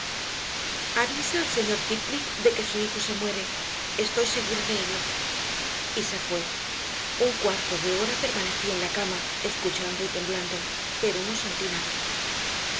al señor heathcliff de que su hijo se muere estoy segura de ello y se fue un cuarto de hora permanecí en la cama escuchando y temblando pero no sentí nada